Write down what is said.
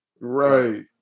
Right